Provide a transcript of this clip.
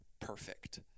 perfect